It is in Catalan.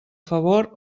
favor